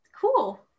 Cool